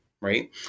right